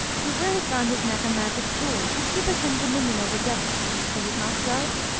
he weareth round his neck a magic jewel, which giveth him dominion over devils is it not so?